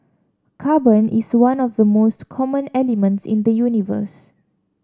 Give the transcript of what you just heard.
carbon is one of the most common elements in the universe